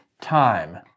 time